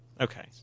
Okay